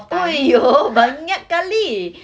!aiyo! banyak kali